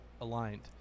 aligned